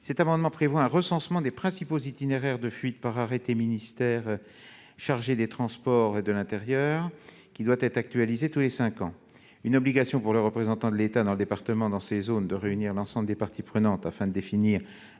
Il tend à prévoir un recensement des principaux itinéraires de fuite par arrêté des ministères chargés des transports et de l'intérieur, qui doit être actualisé tous les cinq ans ; une obligation pour le représentant de l'État dans le département dans ces zones de réunir l'ensemble des parties prenantes afin de définir